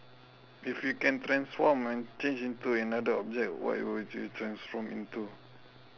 if you can transform and change into another object what would you transform into